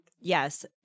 Yes